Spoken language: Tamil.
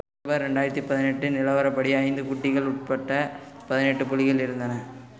அக்டோபர் ரெண்டாயிரத்து பதினெட்டு நிலவரப்படி ஐந்து குட்டிகள் உட்பட பதினெட்டு புலிகள் இருந்தன